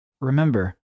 Remember